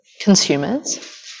consumers